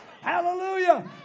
Hallelujah